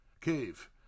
Cave